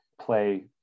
play